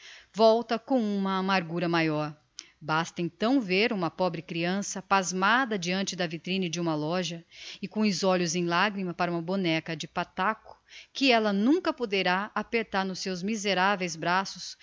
volta com uma amargura maior basta então vêr uma pobre creança pasmada deante da vitrine de uma loja e com os olhos em lagrimas para uma boneca de pataco que ella nunca poderá apertar nos seus miseraveis braços para